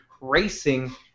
racing